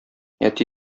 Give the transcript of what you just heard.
әти